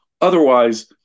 Otherwise